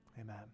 Amen